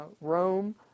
Rome